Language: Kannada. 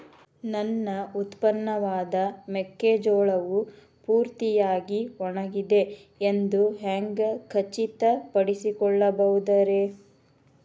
ನನ್ನ ಉತ್ಪನ್ನವಾದ ಮೆಕ್ಕೆಜೋಳವು ಪೂರ್ತಿಯಾಗಿ ಒಣಗಿದೆ ಎಂದು ಹ್ಯಾಂಗ ಖಚಿತ ಪಡಿಸಿಕೊಳ್ಳಬಹುದರೇ?